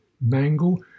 mangle